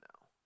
No